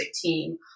team